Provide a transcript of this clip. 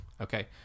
Okay